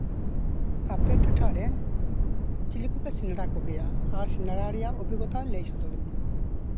ᱟᱯᱮ ᱴᱚᱴᱷᱟᱨᱮ ᱪᱤᱞᱤ ᱠᱚᱯᱮ ᱥᱮᱸᱫᱽᱨᱟ ᱠᱚᱜᱮᱭᱟ ᱟᱨ ᱥᱮᱸᱫᱽᱨᱟ ᱨᱮᱭᱟᱜ ᱚᱵᱷᱤᱜᱽᱜᱚᱛᱟ ᱞᱟᱹᱭ ᱥᱚᱫᱚᱨᱟᱹᱧ ᱢᱮ